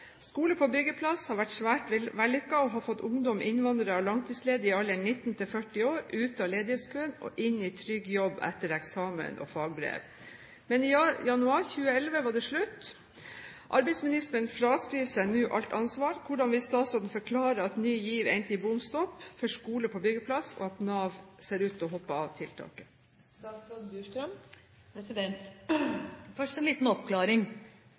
Skole på byggeplass har vært svært vellykket og fått ungdom, innvandrere og langtidsledige i alderen 19 til 40 år ut av ledighetskøen og inn i trygg jobb etter eksamen og fagbrev, men i januar 2011 var det slutt. Arbeidsministeren fraskriver seg nå alt ansvar. Hvordan vil statsråden forklare at Ny GIV endte i bom stopp for Skole på byggeplass, og at Nav